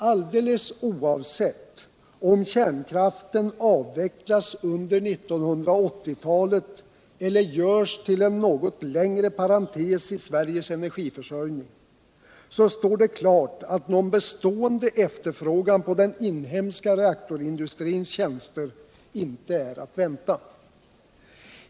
Alldeles oavsett om kärnkraften avvecklas under 1980-talet eller görs till en något längre parentes i Sveriges encrgiförsörjning, står det klart att någon bestående efterfrågan på den inhemska reaktorindustrins tjänster inte är aut vänta.